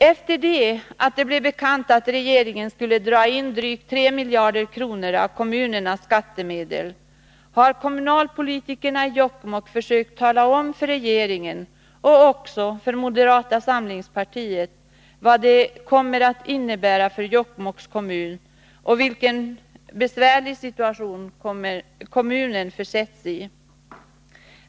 Efter det att det blev bekant att regeringen skulle dra in drygt 3 miljarder kronor av kommunernas skattemedel har kommunalpolitikerna i Jokkmokk försökt tala om för regeringen, och också för moderata samlingspartiet, vad det här kommer att innebära för Jokkmokks kommun och vilken besvärlig situation kommunen försätts i.